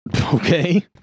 Okay